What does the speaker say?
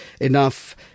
enough